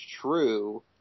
true